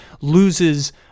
loses